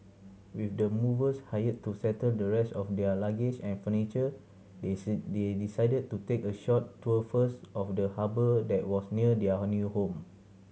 with the movers hired to settle the rest of their luggage and furniture they say they decided to take a short tour first of the harbour that was near their new home